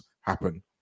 happen